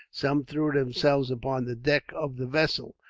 some threw themselves upon the deck of the vessel,